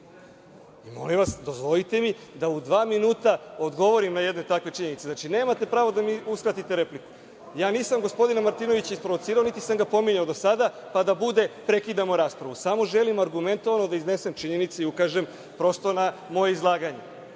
vas, dozvolite mi da u dva minuta odgovorim na jednu takvu činjenicu. Znači, nemate pravo da mi uskratite repliku. Ja nisam gospodina Martinovića isprovocirao, niti sam ga pominjao do sada pa da bude – prekidamo raspravu. Samo želim argumentovano da iznesem činjenice i ukažem prosto na moje izlaganje.